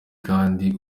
kandi